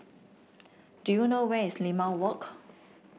do you know where is Limau Walk